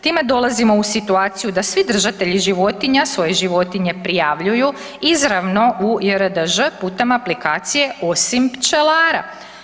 Time dolazimo u situaciju da svi držatelji životinja svoje životinje prijavljuju izravno u JRDŽ putem aplikacije osim pčelara.